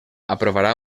aprovarà